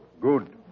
good